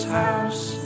house